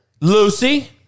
Lucy